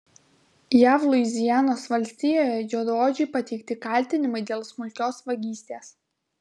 jav luizianos valstijoje juodaodžiui pateikti kaltinimai dėl smulkios vagystės